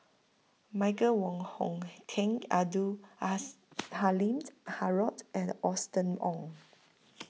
Michael Wong Hong Teng Abdul Halim Haron and Austen Ong